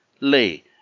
lay